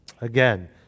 Again